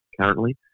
currently